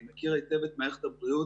אני מכיר היטב את מערכת הבריאות.